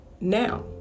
now